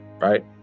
right